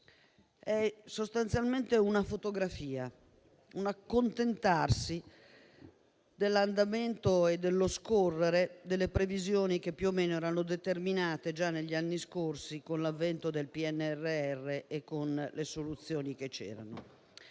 è sostanzialmente una fotografia, un accontentarsi dell'andamento e dello scorrere delle previsioni che più o meno erano determinate già negli anni scorsi, con l'avvento del PNRR e con le soluzioni che c'erano;